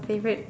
favourite